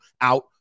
out